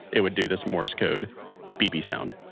it would do this morse code beepy sound